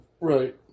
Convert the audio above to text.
Right